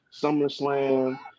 SummerSlam